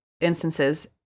instances